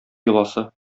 йоласы